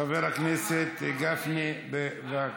חבר הכנסת גפני, בבקשה.